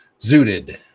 Zooted